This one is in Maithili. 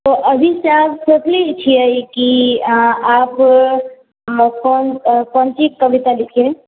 अभी से आप सोचने छियै कि आप कोन कोन चीज कविता लिखियै